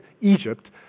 Egypt